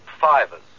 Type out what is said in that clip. fivers